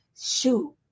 shoot